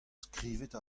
skrivet